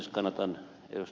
kannatan ed